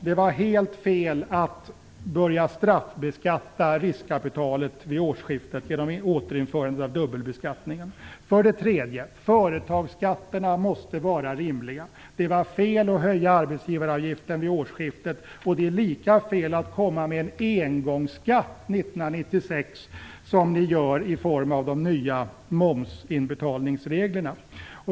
Det var helt fel att börja straffbeskatta riskkapitalet vid årsskiftet genom återinförande av dubbelbeskattningen. För det tredje: Företagsskatterna måste vara rimliga. Det var fel att höja arbetsgivaravgiften vid årsskiftet. Det är lika fel med en engångsskatt 1996 som ni genomför i form av de nya momsinbetalningsreglerna.